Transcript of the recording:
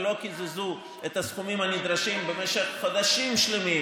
ולא קיזזו את הסכומים הנדרשים במשך חודשים שלמים.